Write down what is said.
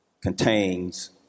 contains